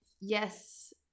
yes